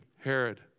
Herod